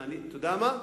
אתה יודע מה?